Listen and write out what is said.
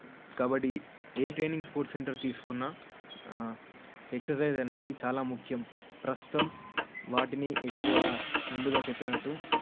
కబడీ ఏ training sports centre తీసుకున్నా exercise అనేది చాలా ముఖ్యం ప్రస్తుతం వాటిని ఎక్కువ ముందుగా చెప్పినట్టు